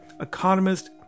Economist